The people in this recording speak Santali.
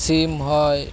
ᱥᱤᱢᱦᱚᱸᱭ